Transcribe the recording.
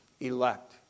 Elect